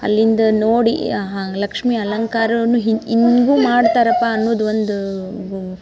ಅಲ್ಲಿಂದ ನೋಡಿ ಆಹಾ ಲಕ್ಷ್ಮೀ ಅಲಂಕಾರವನ್ನು ಹಿಂ ಹಿಂಗೂ ಮಾಡ್ತಾರಪ್ಪ ಅನ್ನೋದು ಒಂದು